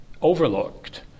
Overlooked